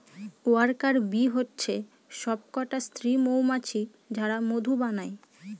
worker bee হচ্ছে সবকটা স্ত্রী মৌমাছি যারা মধু বানায়